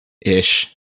ish